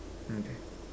okay